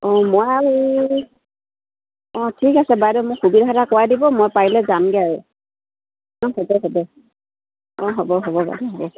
অঁ মই আৰু অঁ ঠিক আছে বাইদেউ মোক সুবিধা এটা কৰাই দিব মই পাৰিলে যামগৈ আৰু অঁ হ'ব হ'ব অঁ হ'ব হ'ব বাইদেউ হ'ব